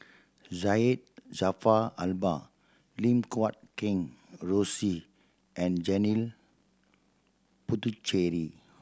Syed Jaafar Albar Lim Guat Kheng Rosie and Janil Puthucheary